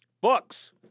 Books